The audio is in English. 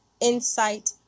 insight